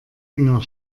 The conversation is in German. enger